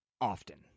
often